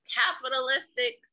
capitalistic